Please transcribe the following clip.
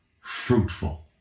fruitful